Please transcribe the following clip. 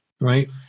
right